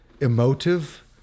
emotive